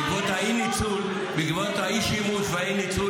בעקבות האי-שימוש והאי-ניצול,